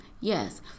Yes